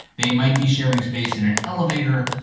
they might be sharing space in an elevator.